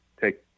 take